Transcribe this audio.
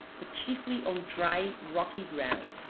but chiefly on dry, rocky ground.